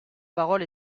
parole